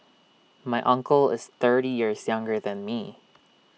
my uncle is thirty years younger than me